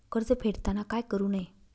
कर्ज फेडताना काय करु नये?